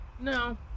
No